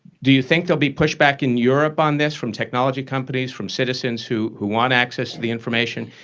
do you think there'll be pushback in europe on this from technology companies, from citizens who who want access to the information,